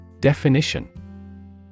Definition